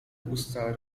usta